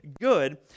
good